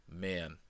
man